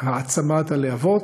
להעצמת הלהבות.